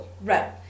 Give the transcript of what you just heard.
Right